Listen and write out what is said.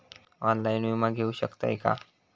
Online विमा घेऊ शकतय का?